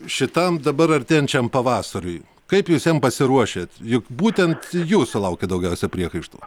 šitam dabar artėjančiam pavasariui kaip jūs jam pasiruošiat juk būtent jūs sulaukiat daugiausia priekaištų